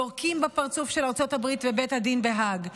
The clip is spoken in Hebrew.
הם יורקים בפרצוף של ארצות הברית ובית הדין בהאג,